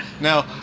Now